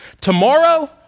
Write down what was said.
Tomorrow